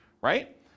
Right